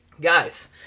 Guys